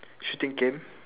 shooting game